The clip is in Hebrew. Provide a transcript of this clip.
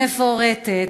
מפורטת,